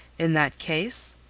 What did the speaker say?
in that case,